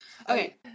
Okay